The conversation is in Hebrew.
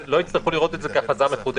לא יצטרכו לראות את זה כהחלטה מחודשת.